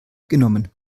genommen